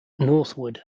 northwood